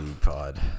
pod